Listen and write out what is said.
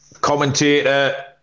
commentator